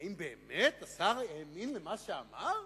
האם באמת השר האמין למה שאמר?